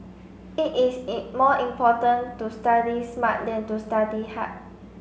it is more important to study smart than to study hard